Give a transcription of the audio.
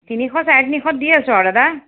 তিনিশ চাৰে তিনিশত দি আছোঁ আৰু দাদা